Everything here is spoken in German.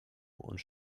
und